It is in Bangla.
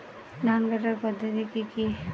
ধান কাটার পদ্ধতি কি কি?